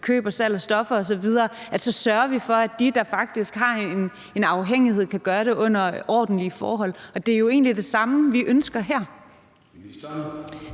køb og salg af stoffer osv., sørger vi for, at de, der faktisk har en afhængighed, kan gøre det under ordentlige forhold. Det er jo egentlig det samme, vi ønsker her.